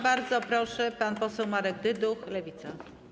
Bardzo proszę, pan poseł Marek Dyduch, Lewica.